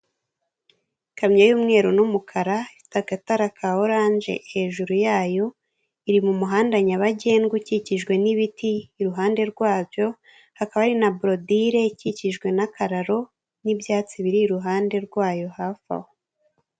Ikamyo y'umweru n'umukara ifite agatara ka oranje hejuru yayo, iri mu muhanda nyabagendwa ukikijwe n'ibiti, iruhande rwabyo hakaba hari na borodire ikikijwe n'akararo n'ibyatsi biri iruhande rwayo hafi aho.